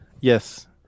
Yes